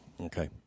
Okay